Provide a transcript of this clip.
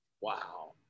Wow